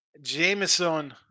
Jameson